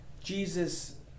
Jesus